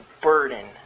burden